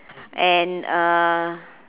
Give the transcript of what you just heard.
and uh